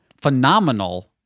phenomenal